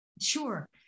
Sure